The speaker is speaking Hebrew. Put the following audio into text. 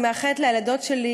אני מאחלת לילדות שלי,